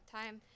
time